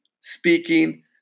speaking